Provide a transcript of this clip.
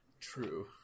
True